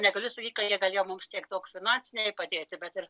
negaliu sakyk kad jie galėjo mums tiek daug finansiniai padėti bet ir